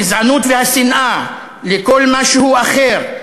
הגזענות והשנאה לכל מה שהוא אחר,